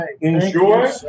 enjoy